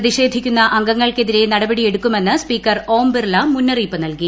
പ്രതിഷേധിക്കുന്ന അംഗങ്ങൾക്കെതിരെ നടപടിയെടുക്കുമെന്ന് സ്പീക്കർ ഓം ബിർല മുന്നറിയിപ്പ് നൽകി